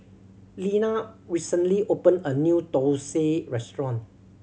Leanna recently opened a new thosai restaurant